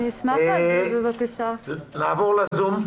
נעבור לזום.